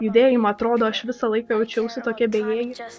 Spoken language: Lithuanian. judėjimą atrodo aš visą laiką jaučiausi tokia bejėgė